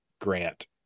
grant